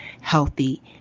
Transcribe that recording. healthy